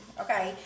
okay